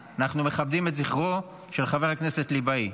את זכרו של חבר הכנסת ושר המשפטים דוד ליבאי,